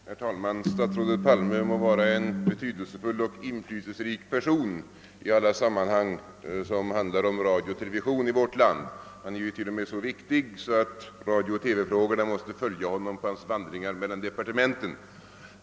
Herr talman! Statsrådet Palme må vara en betydelsefull och inflytelserik person i alla sammanhang som handlar om radio och television — han är ju t.o.m. så viktig att radiooch TV-frågorna måste följa honom på hans vandring mellan departementen.